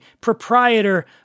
proprietor